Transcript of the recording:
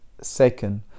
second